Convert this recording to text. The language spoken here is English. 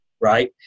right